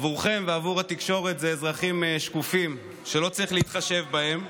עבורכם ועבור התקשורת זה אזרחים שקופים שלא צריך להתחשב בהם.